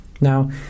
Now